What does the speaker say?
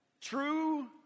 true